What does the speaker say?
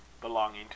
belonging